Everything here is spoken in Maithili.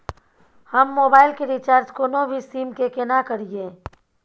हम मोबाइल के रिचार्ज कोनो भी सीम के केना करिए?